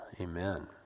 Amen